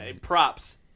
Props